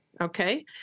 okay